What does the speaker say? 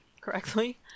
correctly